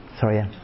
sorry